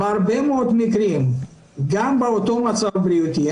בהרבה מאוד מקרים גם באותו מצב בריאותי,